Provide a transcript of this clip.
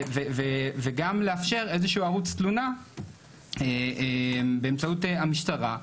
וגם לאפשר איזה שהוא ערוץ תלונה באמצעות המשטרה,